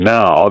now